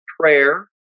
prayer